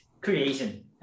creation